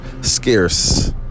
scarce